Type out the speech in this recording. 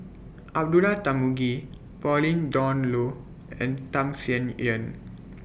Abdullah Tarmugi Pauline Dawn Loh and Tham Sien Yen